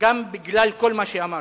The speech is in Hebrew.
גם בגלל כל מה שאמרתי.